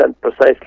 precisely